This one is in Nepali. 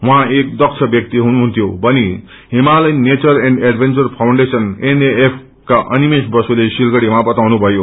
उहाँ एक दक्ष व्याक्ति हुनुहुन्थ्यो भनी Himalayan nature and adventure foundation का अनिमेष बसूले सिलगड़ीमा बताउनुभयो